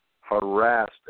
harassed